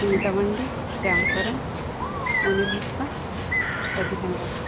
Anita Mandi Shyam Soren Anil Hansda Ajit Hembrom